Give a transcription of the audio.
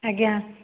ଆଜ୍ଞା